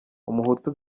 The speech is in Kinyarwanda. umuhutu